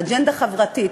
אג'נדה חברתית.